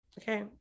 okay